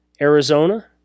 Arizona